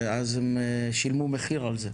ואז הם שילמו מחיר על זה.